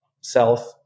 self